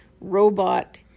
robot